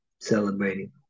celebrating